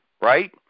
right